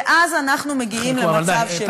ואז אנחנו מגיעים למצב שבו מדינת ישראל נותנת,